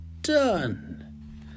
done